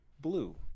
Blue